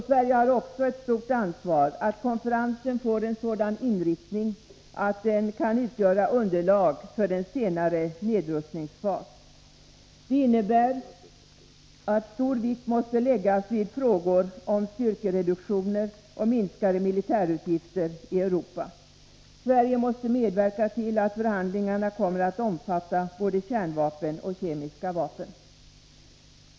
Sverige har också ett stort ansvar för att konferensen får en sådan inriktning att den kan utgöra underlag för en senare nedrustningsfas. Det innebär att stor vikt måste läggas vid frågor om styrkereduktioner och minskade militärutgifter i Europa. Sverige måste medverka till att förhandlingarna kommer att omfatta både kärnvapen och kemiska vapen.